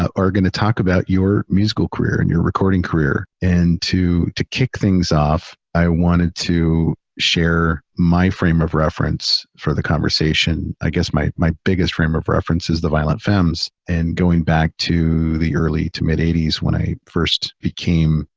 ah are going to talk your musical career and your recording career. and to, to kick things off, i wanted to share my frame of reference for the conversation. i guess my, my biggest frame of reference is the violent femmes and going back to the early to mid eighty s when i first became,